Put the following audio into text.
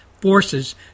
forces